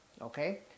okay